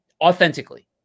authentically